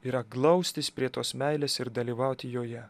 yra glaustis prie tos meilės ir dalyvauti joje